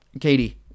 Katie